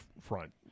front